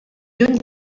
lluny